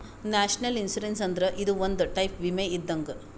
national insurance ಅಂದ್ರ ಇದು ಒಂದ್ ಟೈಪ್ ವಿಮೆ ಇದ್ದಂಗ್